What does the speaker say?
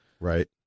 Right